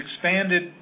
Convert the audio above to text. expanded